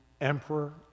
Emperor